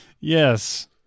Yes